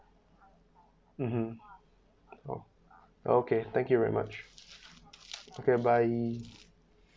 mmhmm okay thank you very much okay bye